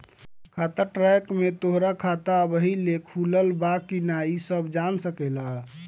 खाता ट्रैक में तोहरा खाता अबही ले खुलल बा की ना इ सब जान सकेला